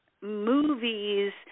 Movies